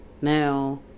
Now